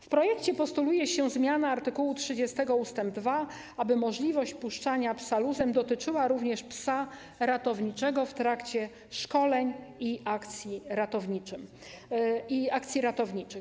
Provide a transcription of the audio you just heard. W projekcie postuluje się zmianę art. 30 ust. 2, aby możliwość puszczania psa luzem dotyczyła również psa ratowniczego w trakcie szkoleń i akcji ratowniczych.